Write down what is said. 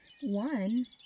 One